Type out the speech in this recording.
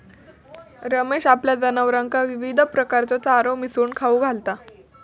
रमेश आपल्या जनावरांका विविध प्रकारचो चारो मिसळून खाऊक घालता